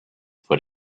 foot